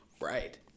right